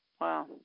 Wow